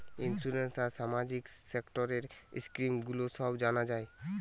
insurance আর সামাজিক সেক্টরের স্কিম গুলো সব জানা যায়